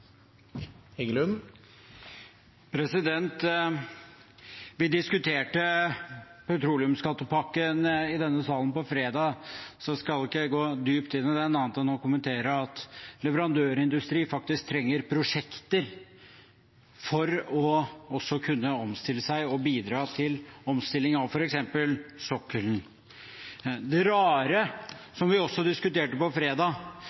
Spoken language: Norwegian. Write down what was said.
Vi diskuterte petroleumsskattepakken i denne salen på fredag, så jeg skal ikke gå dypt inn i den annet enn å kommentere at leverandørindustrien faktisk trenger prosjekter for også å kunne omstille seg og bidra til omstilling av f.eks. sokkelen. Det rare, som vi også diskuterte på fredag,